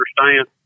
understand